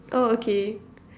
oh okay